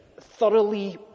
thoroughly